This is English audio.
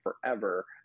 forever